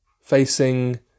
facing